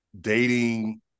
dating